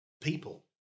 people